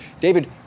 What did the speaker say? David